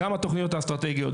גם התוכניות האסטרטגיות,